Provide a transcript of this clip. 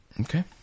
okay